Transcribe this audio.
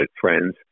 friends